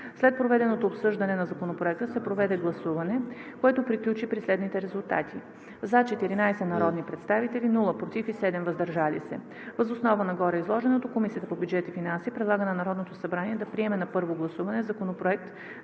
След проведеното обсъждане на Законопроекта се проведе гласуване, което приключи при следните резултати: „за“ – 14 народни представители, без „против“ и 7 – „въздържал се“. Въз основа на гореизложеното Комисията по бюджет и финанси предлага на Народното събрание да приеме на първо гласуване Законопроект